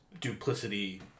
duplicity